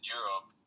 Europe